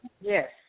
Yes